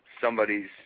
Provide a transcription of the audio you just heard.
somebody's